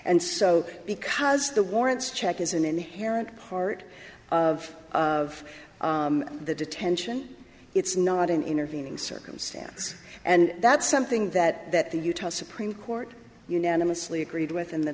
and so because the warrants check is an inherent part of of the detention it's not an intervening circumstance and that's something that that the utah supreme court unanimously agreed with in the